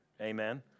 Amen